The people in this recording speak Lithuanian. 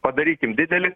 padarykim didelį